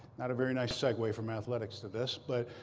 not a very nice segue from athletics to this, but